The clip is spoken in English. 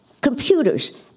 computers